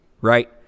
Right